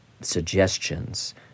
suggestions